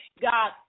God